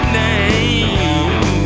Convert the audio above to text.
name